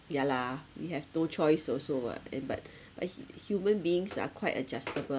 ya lah we have no choice also [what] and but but he~ human beings are quite adjustable